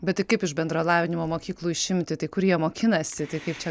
bet tai kaip iš bendro lavinimo mokyklų išimti tai kurie jie mokinasi tai kaip čia